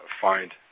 find